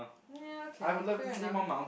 ya okay fair enough